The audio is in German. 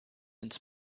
ins